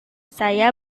saya